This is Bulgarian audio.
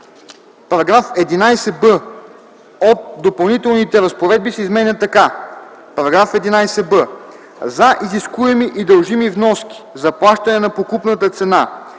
Параграф 11б от Допълнителните разпоредби се изменя така: „§ 11б. За изискуеми и дължими вноски за плащане на покупната цена